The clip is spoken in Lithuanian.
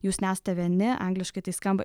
jūs nesate vieni angliškai tai skamba